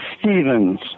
Stevens